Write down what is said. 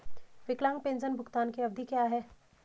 विकलांग पेंशन भुगतान की अवधि क्या है?